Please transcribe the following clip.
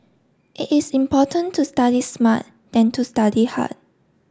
it is important to study smart than to study hard